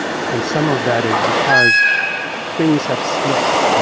and some of that is because things have slipped